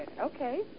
Okay